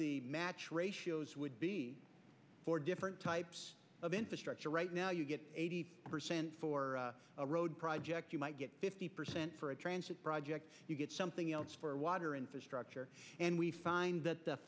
the match ratios would be for different types of infrastructure right now you get eighty percent for a road project you might get fifty percent for a transit project you get something else for a water infrastructure and we find that the